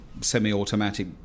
semi-automatic